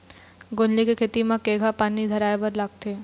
गोंदली के खेती म केघा पानी धराए बर लागथे?